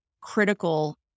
critical